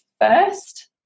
first